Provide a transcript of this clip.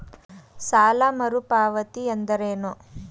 ಸಾಲ ಮರುಪಾವತಿ ಎಂದರೇನು?